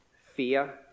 fear